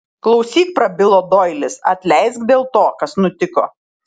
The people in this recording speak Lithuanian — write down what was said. klausyk prabilo doilis atleisk dėl to kas nutiko